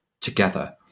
together